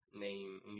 name